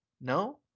no